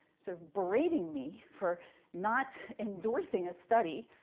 sort of berating me for not endorsing a study,